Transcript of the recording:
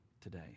today